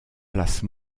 place